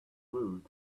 rude